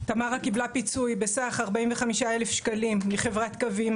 תמרה קיבלה פיצוי בסך 45 אלף שקלים מחברת קווים,